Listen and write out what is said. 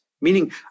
Meaning